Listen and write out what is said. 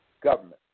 government